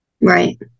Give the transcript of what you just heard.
Right